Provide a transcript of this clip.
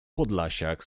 podlasiak